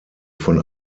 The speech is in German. von